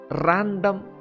random